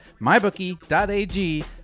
MyBookie.ag